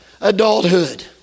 adulthood